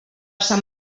sant